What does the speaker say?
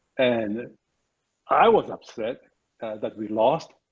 and i was upset that we lost,